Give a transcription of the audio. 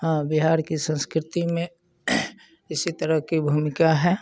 हाँ बिहार की संस्कृति में इसी तरह की भूमिका है